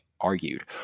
argued